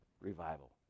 revival